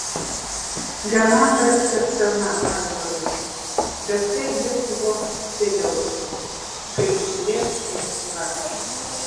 renata per sena aivarui bet tai jis suvoks vėliau kai išblės aistra